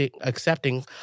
accepting